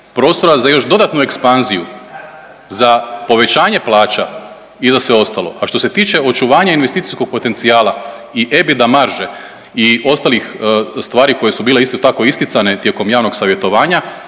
prostora za još dodatnu ekspanziju za povećanje plaća i za sve ostalo. A što se tiče očuvanja investicijskog potencijala i EBIDA marže i ostalih stvari koje su bile isto tako isticane tijekom javnog savjetovanja,